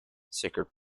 sacred